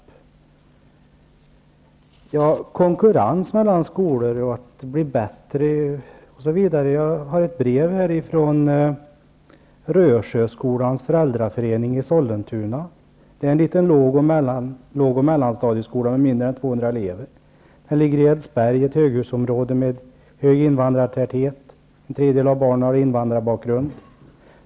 När det gäller konkurrens mellan skolor och att det skulle bli bättre osv. vill jag hänvisa till ett brev jag har här från Rösjöskolans föräldraförening i Sollentuna. Det är en liten låg och mellanstadieskola med mindre än 200 elever. Den ligger i Edsberg, ett höghusområde med hög invandrartäthet. En tredjedel av barnen har invandrarbakgrund.